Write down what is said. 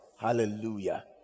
Hallelujah